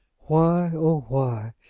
why, oh why,